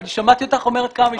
שמעתי אותך אומרת כמה משפטים.